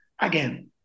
again